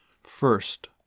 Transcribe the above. First